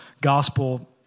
gospel